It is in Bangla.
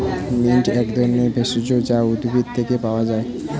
মিন্ট এক ধরনের ভেষজ যা উদ্ভিদ থেকে পাওয় যায়